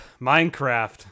Minecraft